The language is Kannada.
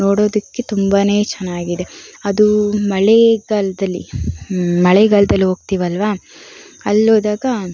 ನೋಡೋದಕ್ಕೆ ತುಂಬಾನೇ ಚೆನ್ನಾಗಿದೆ ಅದು ಮಳೆಗಾಲದಲ್ಲಿ ಮಳೆಗಾಲದಲ್ಲಿ ಹೋಗ್ತೀವಲ್ವಾ ಅಲ್ಲೋದಾಗ